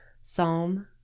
Psalm